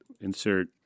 insert